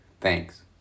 Thanks